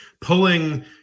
pulling